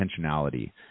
intentionality